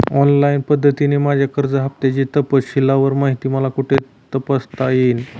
Online पद्धतीने माझ्या कर्ज हफ्त्याची तपशीलवार माहिती मला कुठे तपासता येईल?